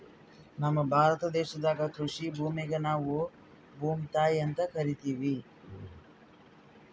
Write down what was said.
ನಮ್ ಭಾರತ ದೇಶದಾಗ್ ಕೃಷಿ ಭೂಮಿಗ್ ನಾವ್ ಭೂಮ್ತಾಯಿ ಅಂತಾ ಕರಿತಿವ್